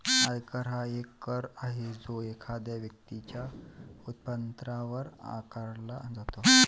आयकर हा एक कर आहे जो एखाद्या व्यक्तीच्या उत्पन्नावर आकारला जातो